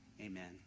Amen